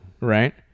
right